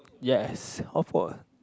yes of course